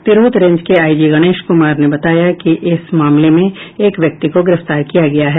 Tirhut range के IG Ganesh Kumar ने बताया कि इस मामले में एक व्यक्ति को गिरफ्तार किया गया है